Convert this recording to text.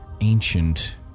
ancient